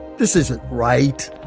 this isn't right.